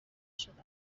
شده